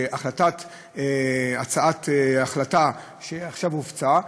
בהצעת החלטה שעכשיו הופצה.